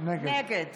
נגד